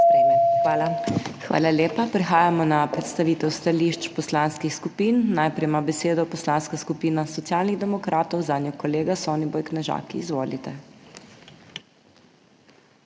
HOT: Hvala lepa. Prehajamo na predstavitev stališč poslanskih skupin. Najprej ima besedo Poslanska skupina Socialnih demokratov, zanjo kolega Soniboj Knežak. Izvolite.